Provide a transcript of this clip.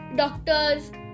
doctors